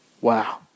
Wow